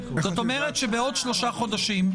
כלומר עוד שלושה חודשים,